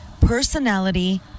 personality